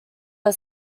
are